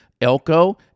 elko